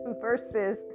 versus